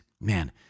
man